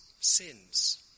sins